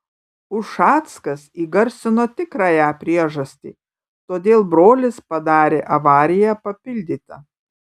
ušackas įgarsino tikrąją priežastį kodėl brolis padarė avariją papildyta